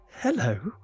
Hello